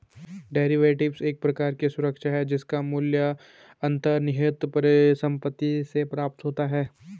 derivatives एक प्रकार की सुरक्षा है जिसका मूल्य अंतर्निहित परिसंपत्ति से प्राप्त होता है